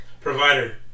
Provider